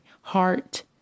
heart